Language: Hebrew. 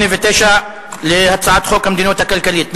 ו-9 להצעת חוק המדיניות הכלכלית לשנים 2011 ו-2012 (תיקוני חקיקה).